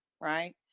Right